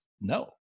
no